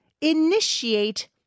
initiate